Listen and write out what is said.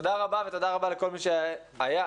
תודה רבה, ותודה רבה לכל מי שהיו בזום.